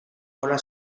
hona